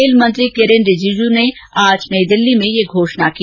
खेल मंत्री किरेन रीजीजू ने आज नई दिल्ली में ये घोषणा की